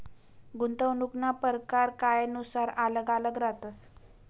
गुंतवणूकना परकार कायनुसार आल्लग आल्लग रहातस